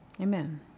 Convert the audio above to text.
amen